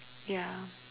ya